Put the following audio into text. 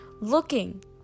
looking